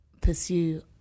pursue